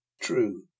true